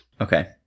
Okay